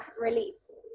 release